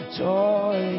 joy